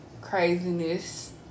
craziness